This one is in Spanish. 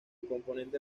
componente